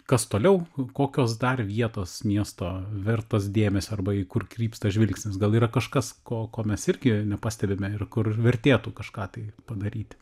kas toliau kokios dar vietos miesto vertos dėmesio arba į kur krypsta žvilgsnis gal yra kažkas ko ko mes irgi nepastebime ir kur vertėtų kažką tai padaryti